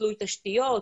תלוי תשתיות,